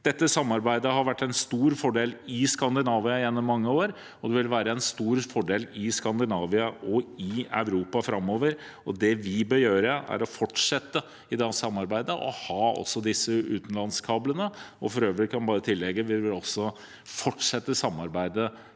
Dette samarbeidet har vært en stor fordel i Skandinavia gjennom mange år, og det vil være en stor fordel i Skandinavia og i Europa framover. Det vi bør gjøre, er å fortsette dette samarbeidet og ha disse utenlandskablene. For øvrig kan jeg legge til at vi også vil fortsette samarbeidet